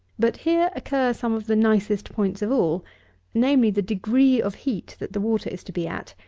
but here occur some of the nicest points of all namely, the degree of heat that the water is to be at,